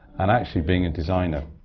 and actually being a designer,